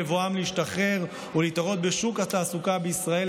בבואם להשתחרר ולהתערות בשוק התעסוקה בישראל,